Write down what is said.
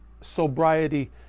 sobriety